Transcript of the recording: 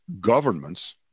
governments